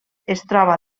troba